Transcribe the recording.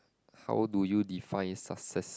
how do you define success